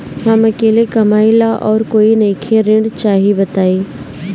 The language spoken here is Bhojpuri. हम अकेले कमाई ला और कोई नइखे ऋण चाही बताई?